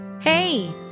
Hey